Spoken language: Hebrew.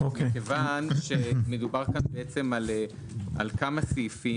כיוון שמדובר פה על כמה סעיפים,